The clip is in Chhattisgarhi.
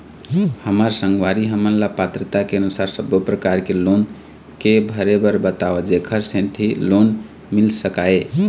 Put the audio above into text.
हमर संगवारी हमन ला पात्रता के अनुसार सब्बो प्रकार के लोन के भरे बर बताव जेकर सेंथी लोन मिल सकाए?